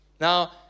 Now